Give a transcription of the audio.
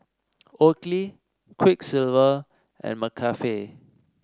Oakley Quiksilver and McCafe